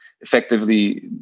effectively